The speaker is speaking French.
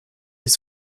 les